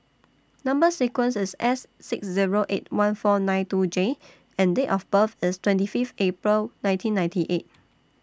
Number sequence IS S six Zero eight one four nine two J and Date of birth IS twenty five April nineteen ninety eight